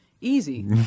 easy